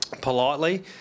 politely